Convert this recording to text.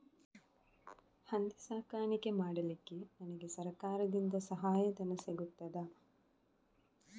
ಹಂದಿ ಸಾಕಾಣಿಕೆ ಮಾಡಲಿಕ್ಕೆ ನನಗೆ ಸರಕಾರದಿಂದ ಸಹಾಯಧನ ಸಿಗುತ್ತದಾ?